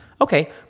Okay